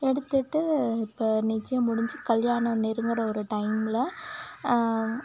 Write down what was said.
எடுத்துகிட்டு இப்போ நிச்சயம் முடிஞ்சு கல்யாணம் நெருங்கிற ஒரு டைமில்